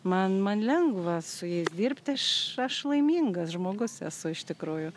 man man lengva su jais dirbt aš aš laimingas žmogus esu iš tikrųjų